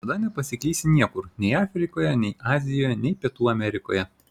tada nepasiklysi niekur nei afrikoje nei azijoje nei pietų amerikoje